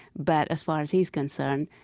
but as far as he's concerned,